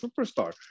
superstar